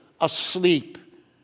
asleep